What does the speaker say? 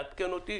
לעדכן אותי